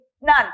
None